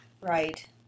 Right